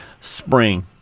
Spring